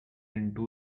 into